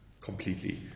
completely